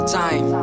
time